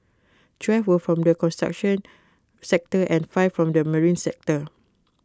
twelve were from the construction sector and five from the marine sector